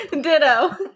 ditto